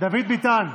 דוד ביטן,